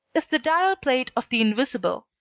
is the dial plate of the invisible.